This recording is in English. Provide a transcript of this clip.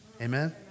Amen